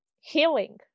healing